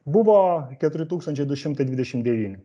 buvo keturi tūkstančiai du šimtai dvidešim devyni